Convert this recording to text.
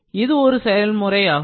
இது ஒரு செயல்முறையாகும்